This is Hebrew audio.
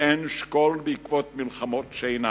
אין שכול בעקבות מלחמות שאינן.